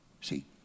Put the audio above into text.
See